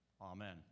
Amen